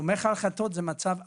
תומך החלטות זה מצב אחר,